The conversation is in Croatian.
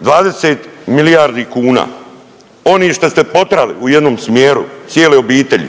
20 milijardi kuna onih šta ste potirali u jednom smjeru cijele obitelji.